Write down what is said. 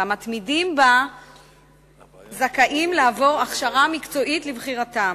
והמתמידים בה זכאים לעבור הכשרה מקצועית לבחירתם.